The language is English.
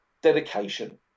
dedication